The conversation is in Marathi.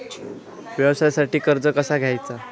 व्यवसायासाठी कर्ज कसा घ्यायचा?